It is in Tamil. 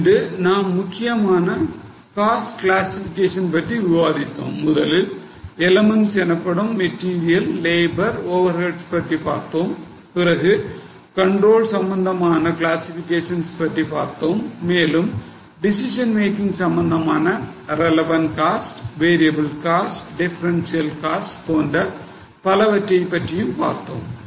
இன்று நாம் முக்கியமான cost classifications பற்றி விவாதித்தோம் முதலில் elements எனப்படும் மெட்டீரியல் லேபர் ஓவர் ஹெட்ஸ் பற்றி பார்த்தோம் பிறகு control சம்மந்தமான classifications பற்றி பார்த்தோம் மேலும் decision making சம்மந்தமான relevant cost variable cost differential cost போன்ற பலவற்றைப் பற்றியும் பார்த்தோம்